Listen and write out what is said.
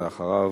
ואחריו,